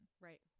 Right